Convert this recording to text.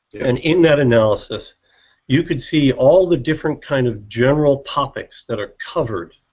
and in that analysis you could see all the different kinds of general topics that are covered